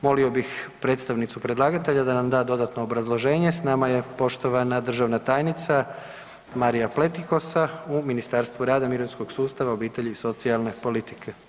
Molio bih predstavnicu predlagatelja da nam da dodatno obrazloženje, s nama je poštovana državna tajnica Marija Pletikosa u Ministarstvu rada, mirovinskog sustava, obitelji i socijalne politike.